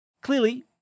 Clearly